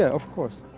of course.